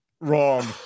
wrong